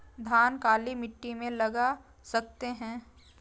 धान काली मिट्टी में लगा सकते हैं?